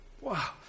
Wow